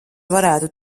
varētu